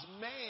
man